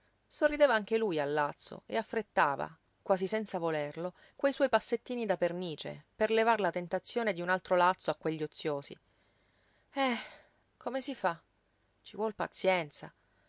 sorrideva anche lui al lazzo e affrettava quasi senza volerlo quei suoi passettini da pernice per levar la tentazione d'un altro lazzo a quegli oziosi eh come si fa ci vuol pazienza